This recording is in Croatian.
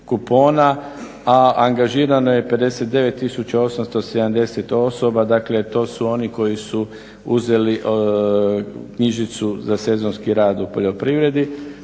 a angažirano je 59870 osoba, dakle to su oni koji su uzeli knjižicu za sezonski rad u poljoprivredi.